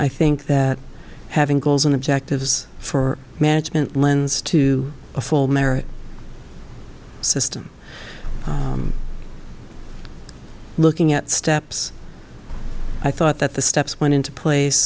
i think that having goals and objectives for management lends to a full merit system looking at steps i thought that the steps went into place